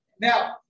Now